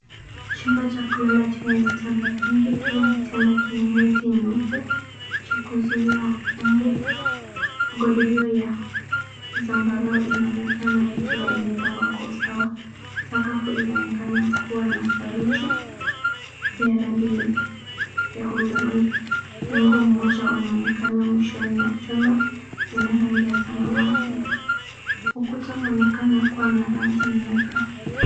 Chumba cha kulala chenye vitanda vingi, kila kitanda kina neti nyeupe cha kuzuia mmbu. Godoro ya zambarau inaonekana ikiwa imepangwa kwa usawa. Sakafu inaonekana kuwa na saruji ya rangi ya hudhurungi. Mlango mmoja unaonekana mwishoni wa chumba na ina rangi ya samawati. Ukuta unaonekana kuwa na rangi nyeupe.